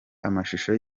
amashusho